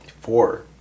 Four